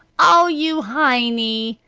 o, you heiny!